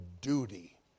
duty